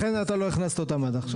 לכן אתה לא הכנסת אותם עד עכשיו?